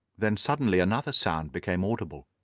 then suddenly another sound became audible